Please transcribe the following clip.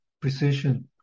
precision